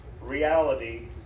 reality